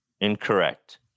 Incorrect